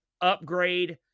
upgrade